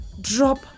Drop